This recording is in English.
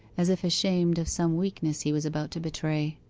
as if ashamed of some weakness he was about to betray.